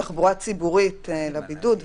בתחבורה ציבורית לבידוד.